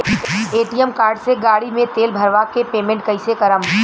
ATM card से गाड़ी मे तेल भरवा के पेमेंट कैसे करेम?